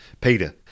Peter